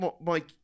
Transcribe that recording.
Mike